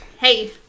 Hey